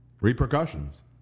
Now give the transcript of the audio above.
repercussions